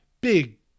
big